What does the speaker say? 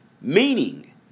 meaning